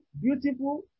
beautiful